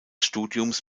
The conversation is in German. studiums